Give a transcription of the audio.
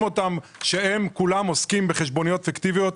אותם כאילו כולם עוסקים בחשבוניות פיקטיביות,